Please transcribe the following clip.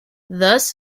thus